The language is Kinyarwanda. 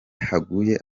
haguye